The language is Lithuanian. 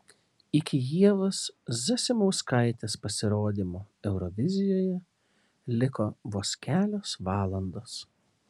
iki ievos zasimauskaitės pasirodymo eurovizijoje liko vos kelios valandos